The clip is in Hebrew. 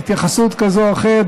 התייחסות כזאת או אחרת,